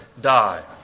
die